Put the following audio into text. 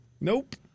Nope